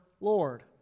Lord